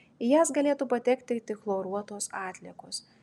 į jas galėtų patekti tik chloruotos atliekos